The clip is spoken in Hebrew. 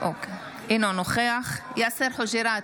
אינו נוכח יאסר חוג'יראת,